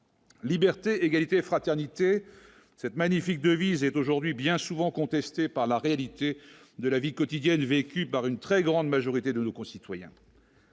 Liberté, égalité, fraternité, cette magnifique devise est aujourd'hui bien souvent contestée par la réalité de la vie quotidienne vécue par une très grande majorité de nos concitoyens.